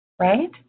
right